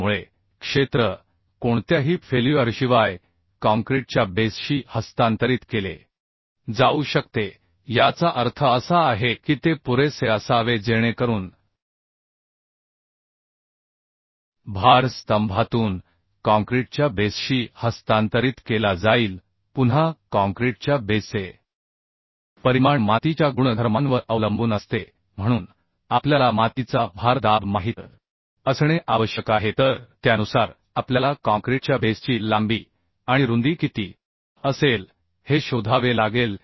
त्यामुळे क्षेत्र कोणत्याही फेल्युअरशिवाय काँक्रीटच्या बेसशी हस्तांतरित केले जाऊ शकते याचा अर्थ असा आहे की ते पुरेसे असावे जेणेकरून भार स्तंभातून काँक्रीटच्या बेसशी हस्तांतरित केला जाईल पुन्हा काँक्रीटच्या बेसचे परिमाण मातीच्या गुणधर्मांवर अवलंबून असते म्हणून आपल्याला मातीचा भार दाब माहित असणे आवश्यक आहे तर त्यानुसार आपल्याला काँक्रीटच्या बेसची लांबी आणि रुंदी किती असेल हे शोधावे लागेल